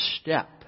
step